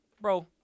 bro